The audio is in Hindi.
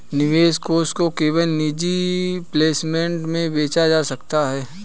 निवेश कोष को केवल निजी प्लेसमेंट में बेचा जा सकता है